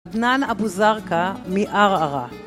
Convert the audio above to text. נאן אבו זרקא, מערערה.